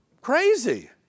crazy